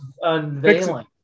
unveiling